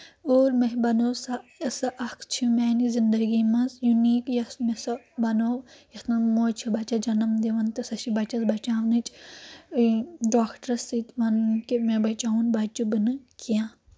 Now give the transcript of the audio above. اور مےٚ بَنٲو سۄ سۄ اکھ چھِ میانہِ زندگی منٛز یوٗنیٖک یۄس مےٚ سۄ بَنٲو یَتھ منٛز موجی چھےٚ بَچَس جنم دِوان تہٕ سۄ چھِ بَچَس بَچاونٕچ ڈاکٹرَس سۭتۍ وَنُن کہِ مےٚ بَچاوُن بَچہٕ بہٕ نہٕ کینٛہہ